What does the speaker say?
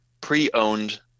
pre-owned